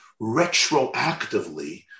retroactively